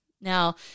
Now